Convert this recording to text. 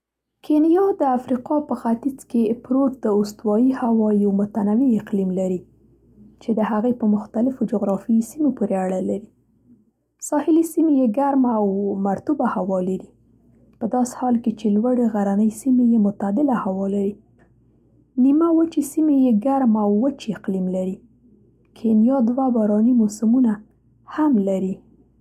کینیا، د افریقا په ختیځ کې پروت د استوایي هوا یو متنوع اقلیم لري چې د هغې په مختلفو جغرافیایي سیمو پورې اړه لري. ساحلي سیمې یې ګرمه او مرطوبه هوا لري، په داسې حال کې چې لوړې غرنۍ سیمې یې معتدله هوا لري. نیمه وچې سیمې یې ګرم او وچ اقلیم لري. کینیا دوه باراني موسمونه هم لري.